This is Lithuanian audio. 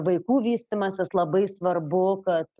vaikų vystymasis labai svarbu kad